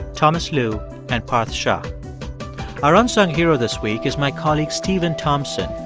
thomas lu and parth shah our unsung hero this week is my colleague stephen thompson,